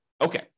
Okay